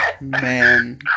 man